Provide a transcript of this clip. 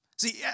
See